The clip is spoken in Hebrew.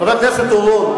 חבר הכנסת אורון,